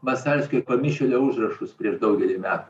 masalskio pamišėlio užrašus prieš daugelį metų